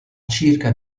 circa